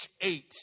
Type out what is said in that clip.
eight